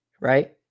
right